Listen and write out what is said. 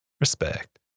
Respect